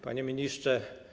Panie Ministrze!